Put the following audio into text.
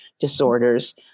disorders